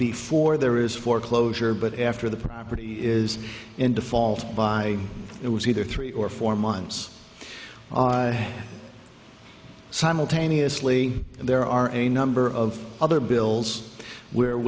before there is foreclosure but after the property is in default by it was either three or four months ahead simultaneously there are a number of other bills we're